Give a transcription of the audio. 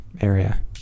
Area